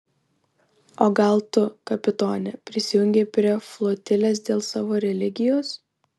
o gal tu kapitone prisijungei prie flotilės dėl savo religijos